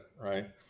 right